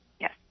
Yes